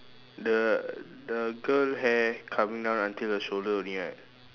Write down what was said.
the the girl hair coming down until the shoulder only right